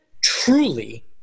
truly